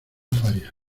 farias